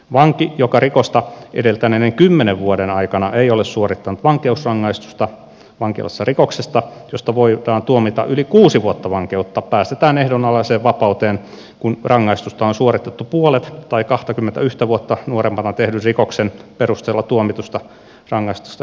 vanki joka rikosta edeltäneiden kymmenen vuoden aikana ei ole suorittanut vankeusrangaistusta vankilassa rikoksesta josta voidaan tuomita yli kuusi vuotta vankeutta päästetään ehdonalaiseen vapauteen kun rangaistuksesta on suoritettu puolet tai kahtakymmentäyhtä vuotta nuorempana tehdyn rikoksen perusteella tuomitusta rangaistuksesta yksi kolmasosa